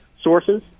sources